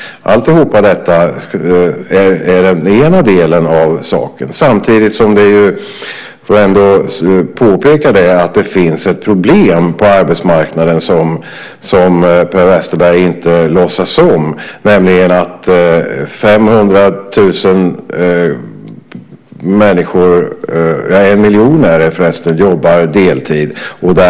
Allt detta är den ena delen av saken. Samtidigt finns det - det får jag ändå påpeka - ett problem på arbetsmarknaden som Per Westerberg inte låtsas om, nämligen att en miljon människor jobbar deltid.